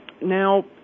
Now